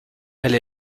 elle